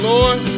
Lord